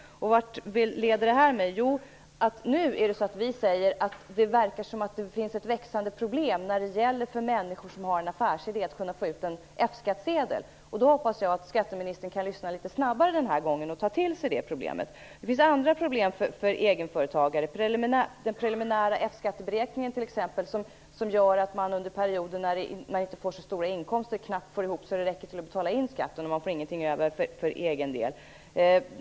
Vart leder detta mig? Jo, nu säger vi att det verkar finnas ett växande problem för människor med en affärsidé att få ut en F-skattsedel. Jag hoppas att skatteministern kan lyssna litet bättre denna gång och ta till sig av problemet. Det finns andra problem för egenföretagare. T.ex. finns det den preliminära F-skatteberäkningen. Den gör att under perioden med inte så stora inkomster går det knappt att få ihop tillräckligt för att betala in skatten. Det blir ingenting över för egen del.